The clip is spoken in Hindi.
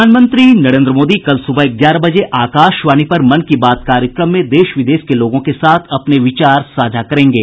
प्रधानमंत्री नरेन्द्र मोदी कल सुबह ग्यारह बजे आकाशवाणी पर मन की बात कार्यक्रम में देश विदेश के लोगों के साथ अपने विचार साझा करेंगे